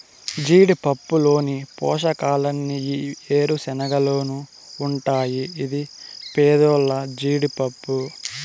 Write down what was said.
జీడిపప్పులోని పోషకాలన్నీ ఈ ఏరుశనగలోనూ ఉంటాయి ఇది పేదోల్ల జీడిపప్పు